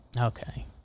okay